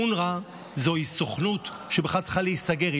אונר"א זו סוכנות שבכלל צריכה להיסגר.